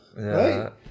right